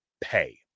pay